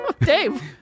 Dave